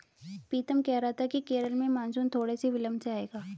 पीतम कह रहा था कि केरल में मॉनसून थोड़े से विलंब से आएगा